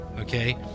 okay